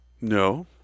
No